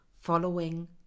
following